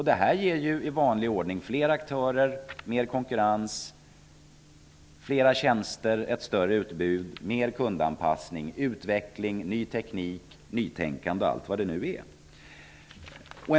Det ger i vanlig ordning fler aktörer, mer konkurrens, flera tjänster, ett större utbud, mer kundanpassning, utveckling, ny teknik och nytänkande.